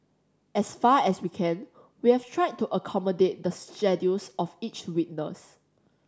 as far as we can we have tried to accommodate the schedules of each witness